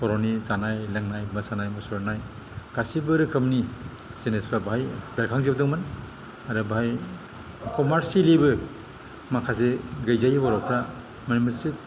बर'नि जानाय लोंनाय मोसानाय मुसुरनाय गासैबो रोखोमनि जिनिसफ्रा बेहाय बेरखांजोबदोंमोन आरो बेहाय कमारसियेलिबो माखासे गैजायि बर'फ्रा माने मोनसे